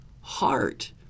heart